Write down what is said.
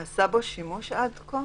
נעשה בו שימוש עד כה?